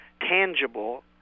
tangible